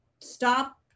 stop